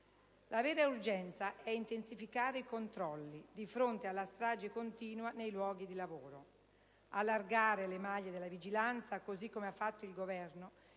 la vera urgenza di fronte alla strage continua nei luoghi di lavoro. Allargare le maglie della vigilanza, così come ha fatto il Governo,